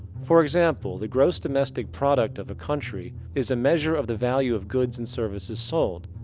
for example, the gross domestic product of a country is a measure of the value of goods and services sold.